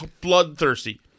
bloodthirsty